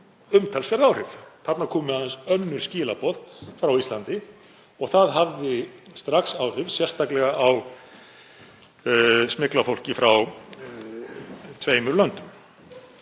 umtalsverð áhrif. Þarna komu aðeins önnur skilaboð frá Íslandi og það hafði strax áhrif, sérstaklega á smygl á fólki frá tveimur löndum.